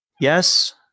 yes